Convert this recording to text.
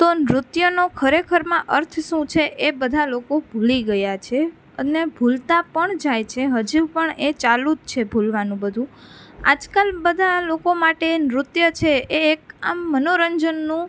તો નૃત્યનો ખરેખરમાં અર્થ શું છે એ બધા લોકો ભૂલી ગયા છે અને ભૂલતા પણ જઈએ છે હજુ પણ એ ચાલુ છે ભૂલવાનું બધું આજકાલ બધા લોકો માટે નૃત્ય છે એક આમ મનોરંજનનું